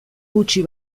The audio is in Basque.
gutxi